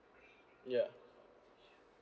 ya